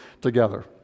together